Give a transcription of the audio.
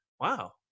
wow